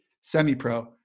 semi-pro